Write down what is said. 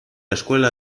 escuela